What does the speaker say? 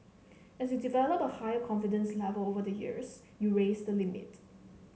as you develop a higher confidence level over the years you raise the limit